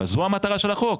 אבל זו המטרה של החוק.